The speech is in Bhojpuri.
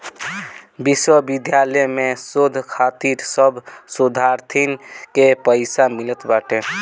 विश्वविद्यालय में शोध खातिर सब शोधार्थीन के पईसा मिलत बाटे